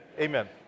Amen